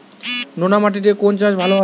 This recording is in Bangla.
নোনা মাটিতে কোন চাষ ভালো হয়?